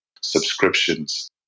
subscriptions